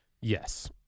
Yes